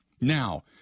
Now